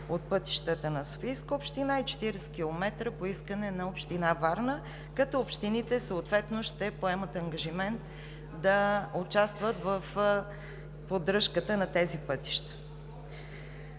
от пътищата на Софийска община и 40 км по искане на община Варна, като общините съответно ще поемат ангажимент да участват в поддръжката на тези пътища.